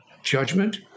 judgment